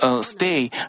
Stay